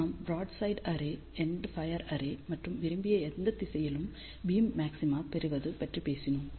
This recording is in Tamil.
நாம் ப்ராட்சைட் அரே எண்ட்ஃபையர் அரே மற்றும் விரும்பிய எந்த திசையிலும் பீம் மாக்ஸிமா பெறுவது பற்றி பேசினோம்